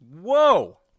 Whoa